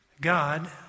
God